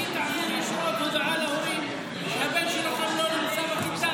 והיא תעביר ישירות הודעה להורים שהבן שלהם לא נמצא בכיתה.